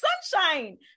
sunshine